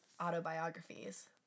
autobiographies